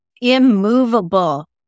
immovable